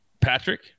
Patrick